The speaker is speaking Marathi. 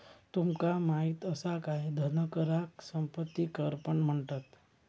तुमका माहित असा काय धन कराक संपत्ती कर पण म्हणतत?